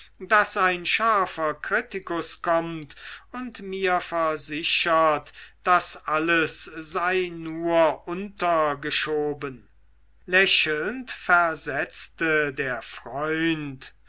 daß ein scharfer kritikus kommt und mir versichert das alles sei nur untergeschoben lächelnd versetzte der freund